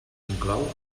inclou